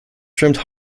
trimmed